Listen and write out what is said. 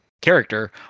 character